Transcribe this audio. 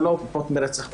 זה לא פחות מרצח.